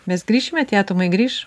mes grįšime tie tomai grįš